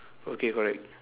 okay correct